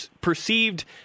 perceived